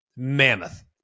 Mammoth